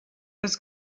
was